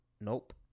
nope